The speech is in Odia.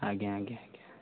ଆଜ୍ଞା ଆଜ୍ଞା ଆଜ୍ଞା